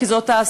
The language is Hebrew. כי זאת ההסכמה.